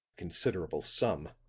considerable sum